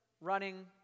running